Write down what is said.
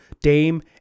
Dame